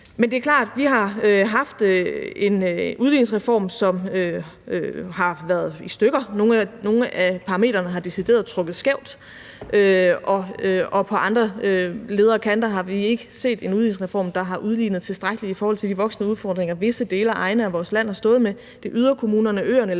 Men det er klart, at vi har haft en udligningsreform, som har været i stykker; på nogle af parametrene har den decideret trukket skævt, og på andre ledder har vi ikke set en udligningsreform, der har udlignet tilstrækkeligt i forhold til de voksende udfordringer, visse egne og dele af vores land har stået med. Det er yderkommunerne, øerne og